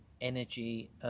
energy